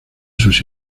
sus